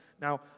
Now